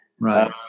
Right